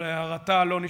אבל הערתה לא נשמעה.